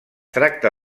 tracta